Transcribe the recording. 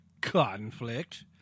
conflict